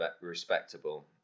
respectable